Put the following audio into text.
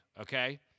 Okay